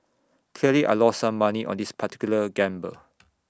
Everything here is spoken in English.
clearly I lost some money on this particular gamble